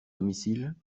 domicile